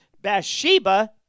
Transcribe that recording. Bathsheba